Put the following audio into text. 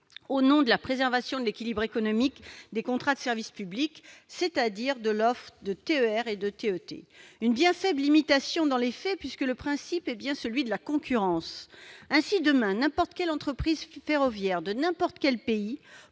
au nom de la préservation de l'équilibre économique des contrats de service public, c'est-à-dire de l'offre de TER et de TET. Il s'agit d'une bien faible limitation dans les faits, puisque le principe est bien celui de la concurrence. Ainsi, demain, n'importe quelle entreprise ferroviaire de n'importe quel pays